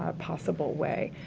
ah possible way.